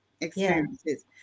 experiences